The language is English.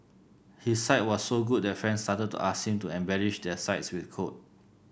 his site was so good that friends started to ask him to embellish their sites with code